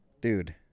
dude